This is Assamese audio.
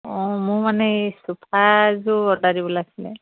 অঁ মোৰ মানে এই চোফা এযোৰ অৰ্ডাৰ দিব লাগিছিলে